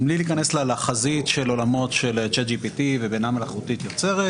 בלי להיכנס לחזית של עולמות של בינה מלאכותית יוצרת